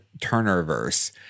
Turner-verse